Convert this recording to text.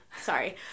sorry